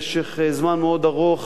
במשך זמן מאוד ארוך,